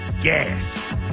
gas